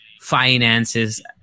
finances